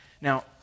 Now